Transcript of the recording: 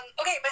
okay